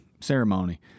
ceremony